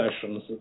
sessions